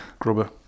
Grubber